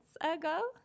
ago